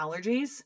allergies